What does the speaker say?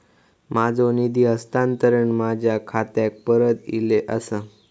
माझो निधी हस्तांतरण माझ्या खात्याक परत इले आसा